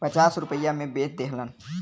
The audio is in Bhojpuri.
पचास रुपइया मे बेच देहलन